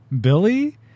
Billy